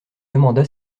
demanda